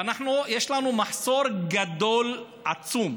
יש לנו מחסור גדול, עצום,